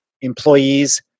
employees